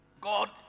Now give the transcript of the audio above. God